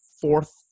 fourth